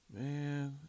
Man